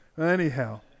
Anyhow